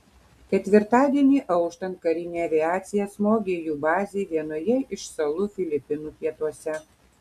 ketvirtadienį auštant karinė aviacija smogė jų bazei vienoje iš salų filipinų pietuose